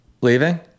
leaving